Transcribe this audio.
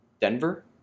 Denver